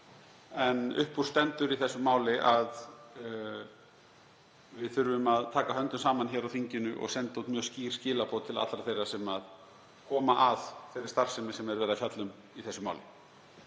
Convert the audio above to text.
En upp úr stendur í þessu máli að við þurfum að taka höndum saman hér á þinginu og senda út mjög skýr skilaboð til allra þeirra sem koma að þeirri starfsemi sem verið er að fjalla um í þessu máli.